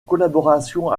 collaboration